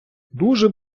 дуже